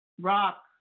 rock